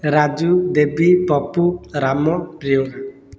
Raju Devi Pappu Ram Priyanka